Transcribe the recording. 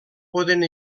podent